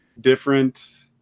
different